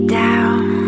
down